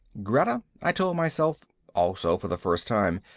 greta, i told myself also for the first time,